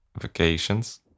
vacations